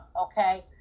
Okay